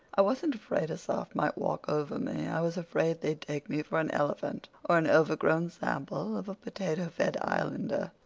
i wasn't afraid a soph might walk over me i was afraid they'd take me for an elephant, or an overgrown sample of a potato-fed islander.